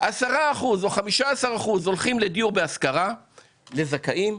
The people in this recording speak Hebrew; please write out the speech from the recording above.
10% או 15% הולכים לדיור בהשכרה לזכאים,